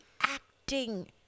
acting